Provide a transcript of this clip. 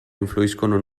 influiscono